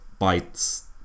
bytes